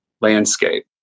landscape